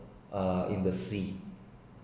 uh in the sea